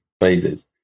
phases